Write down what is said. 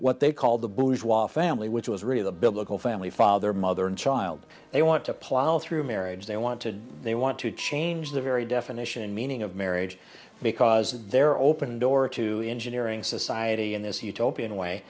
what they call the blue joie family which was really the biblical family father mother and child they want to plow through marriage they want to they want to change the very definition and meaning of marriage because of their open door to engineering society and this utopian way